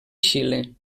xile